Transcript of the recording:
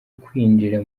kwinjira